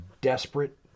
desperate